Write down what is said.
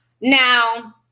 Now